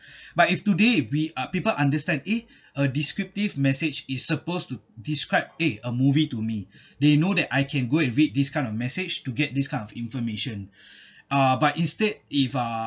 but if today we uh people understand eh a descriptive message is supposed to describe eh a movie to me they know that I can go and read this kind of message to get this kind of information uh but instead if uh